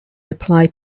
applied